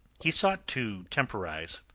he sought to temporize.